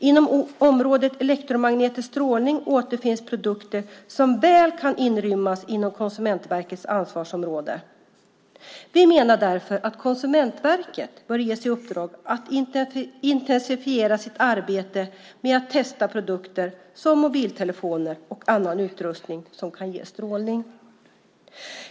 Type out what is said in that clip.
Inom området elektromagnetisk strålning återfinns produkter som väl kan inrymmas inom Konsumentverkets ansvarsområde. Vi menar därför att Konsumentverket bör ges i uppdrag att intensifiera sitt arbete med att testa produkter såsom mobiltelefoner och annan utrustning som kan ge strålning.